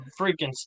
freaking